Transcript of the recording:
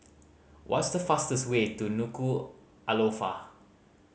what's the fastest way to Nuku'alofa